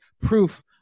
proof